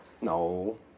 No